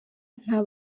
nta